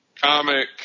comic